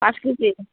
পাঁচ কেজি